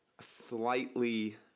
slightly